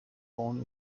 born